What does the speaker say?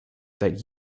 that